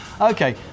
Okay